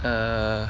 err